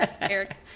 Eric